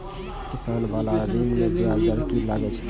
किसान बाला ऋण में ब्याज दर कि लागै छै?